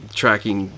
tracking